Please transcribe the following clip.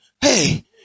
Hey